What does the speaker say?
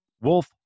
Wolf